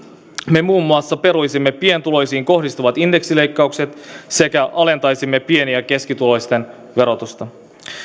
me muun muassa peruisimme pienituloisiin kohdistuvat indeksileikkaukset sekä alentaisimme pieni ja keskituloisten verotusta